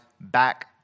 back